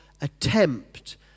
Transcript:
attempt